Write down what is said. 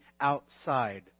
outside